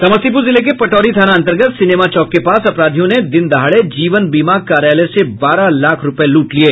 समस्तीपुर जिले के पटोरी थाना अंतर्गत सिनेमा चौक के पास अपराधियों ने दिन दहाड़े जीवन बीमा कार्यालय से बारह लाख रूपये लूट लिये